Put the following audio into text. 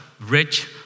rich